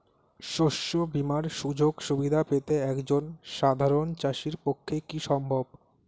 শস্য বীমার সুযোগ সুবিধা পেতে একজন সাধারন চাষির পক্ষে কি সম্ভব?